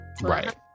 Right